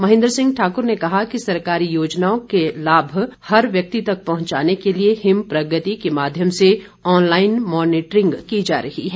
महेंद्र सिंह ठाक्र ने कहा कि सरकारी योजनाओं के लाभ हर व्यक्ति तक पहुंचाने के लिए हिम प्रगति के माध्यम से ऑनलाईन मॉनिटरिंग की जा रही है